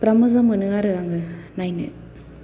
बेराद मोजां मोनो आरो आं नायनो